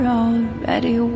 already